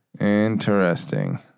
interesting